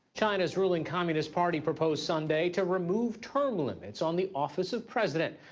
china's ruling communist party proposed sunday to remove term limits on the office of president.